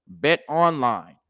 BetOnline